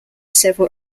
several